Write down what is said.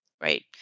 Right